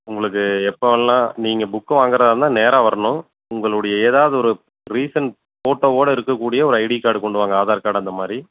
உங்களுக்கு எப்போ வேணுணா நீங்கள் புக்கு வாங்குகிறதா இருந்தால் நேராக வரணும் உங்களுடைய ஏதாவது ஒரு ரீசெண்ட் ஃபோட்டோவோட இருக்க கூடிய ஒரு ஐடி கார்டு கொண்டு வாங்க ஆதார் கார்டு அந்த மாதிரி